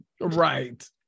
right